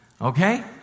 okay